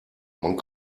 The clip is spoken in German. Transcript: man